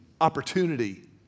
opportunity